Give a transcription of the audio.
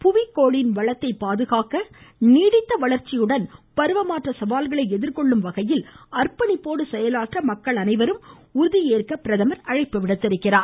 புவிக்கோளின் வளத்தை பாதுகாக்க நீடித்த வளர்ச்சியுடன் பருவமாற்ற சவால்களை எதிர்கொள்ள வகையில் அர்ப்பணிப்போடு செயலாற்ற மக்கள் அனைவரும் உறுதியேற்க பிரதமர் அழைப்பு விடுத்துள்ளார்